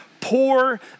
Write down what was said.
poor